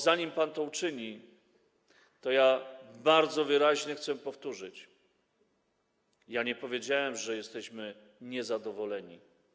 Zanim pan to uczyni, bardzo wyraźnie chcę powtórzyć, że nie powiedziałem, iż jesteśmy niezadowoleni.